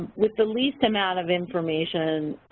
with the least amount of information,